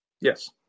Yes